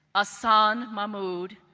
hassan mahmud,